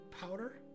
powder